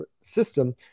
system